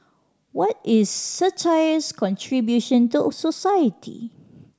what is satire's contribution to society